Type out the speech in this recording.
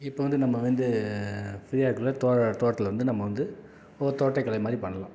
இப்போ வந்து நம்ம வந்து ஃப்ரீயாக இருக்கக்குள்ள தோர தோட்டத்தில் வந்து நம்ம வந்து ஒரு தோட்டக்கலை மாதிரி பண்ணலாம்